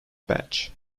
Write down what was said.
badge